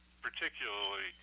Particularly